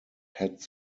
had